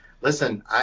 Listen